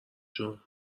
جون